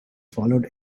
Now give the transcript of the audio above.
followed